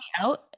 out